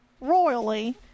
royally